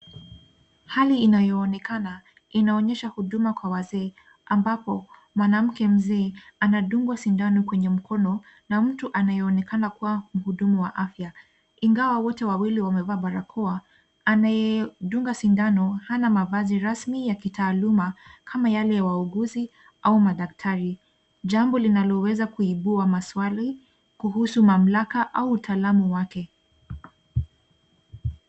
Hali inayoonekana inaonyesha huduma kwa wazee ambapo mwanamke mzee anadungwa sindano kwenye mkono na mtu anayeonekana kuwa mhudumu wa afya ingawa wote wawili wamevaa barakoa anayedunga sindano hana mavazi rasmi ya kitaaluma kama yale ya wauguzi au madaktari. Jambo linaweza kuibua maswali kuhusu mamlaka au utaalamu wake.